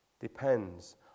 depends